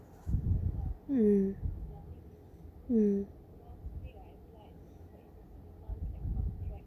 mm mm